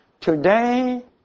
Today